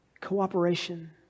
Cooperation